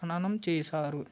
ఖననం చేశారు